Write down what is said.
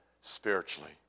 spiritually